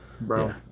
bro